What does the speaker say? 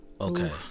okay